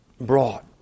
brought